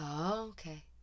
okay